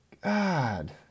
God